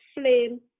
flame